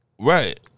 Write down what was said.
Right